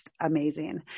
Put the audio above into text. amazing